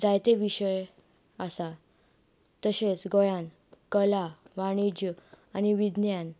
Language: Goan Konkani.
जायते विशय आसात तश्योच गोंयांत कला वाणिज्य आनी विज्ञान